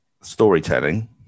storytelling